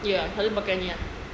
ya selalu pakai ni ah